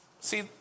See